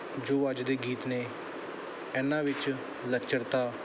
ਜੋ ਅੱਜ ਦੇ ਗੀਤ ਨੇ ਇਹਨਾਂ ਵਿੱਚ ਲੱਚਰਤਾ